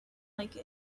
like